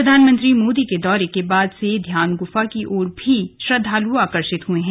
प्रधानमंत्री मोदी के दौरे के बाद से ध्यान गुफा की ओर भी श्रद्वालु आकर्षित हुए हैं